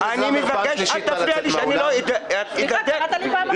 אני קורא אותך לסדר פעם שלישית.